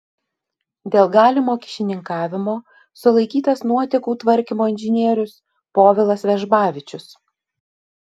dėl galimo kyšininkavimo sulaikytas nuotėkų tvarkymo inžinierius povilas vežbavičius